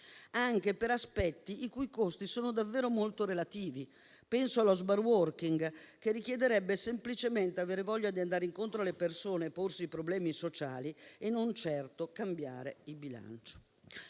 anche per aspetti i cui costi sono davvero molto relativi. Penso allo *smart working*, che richiederebbe semplicemente la voglia di andare incontro alle persone e di porsi i problemi sociali, non certo di cambiare i bilanci.